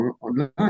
online